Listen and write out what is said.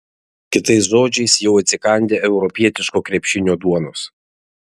kitais žodžiais jau atsikandę europietiško krepšinio duonos